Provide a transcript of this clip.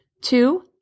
Two